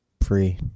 free